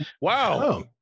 Wow